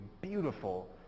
beautiful